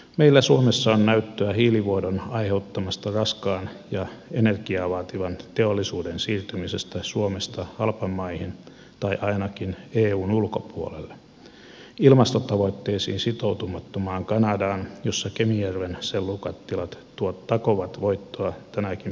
meillä suomessa on näyttöä hiilivuodon aiheuttamasta raskaan ja energiaa vaativan teollisuuden siirtymisestä suomesta halpamaihin tai ainakin eun ulkopuolelle ilmastotavoitteisiin sitoutumattomaan kanadaan jossa kemijärven sellukattilat tuottavat kovaa voittoa tänäkin päivänä